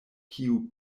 kiu